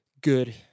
good